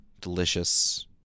delicious